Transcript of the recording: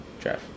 Jeff